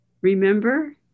remember